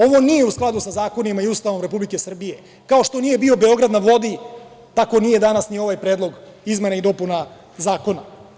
Ovo nije u skladu sa zakonima i Ustavom Republike Srbije, kao što nije bio „Beograd na vodi“, tako nije danas ni ovaj predlog izmena i dopuna zakona.